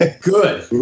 Good